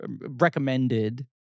recommended